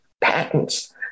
patents